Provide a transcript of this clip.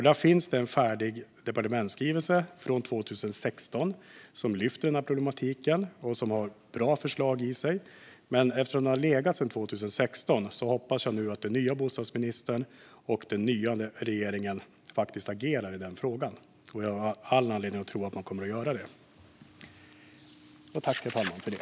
Där finns det en färdig departementsskrivelse från 2016 där denna problematik tas upp och där det finns bra förslag. Men eftersom den har legat sedan 2016 hoppas jag att den nya bostadsministern och den nya regeringen faktiskt agerar i denna fråga, och jag har all anledning att tro att de kommer att göra det.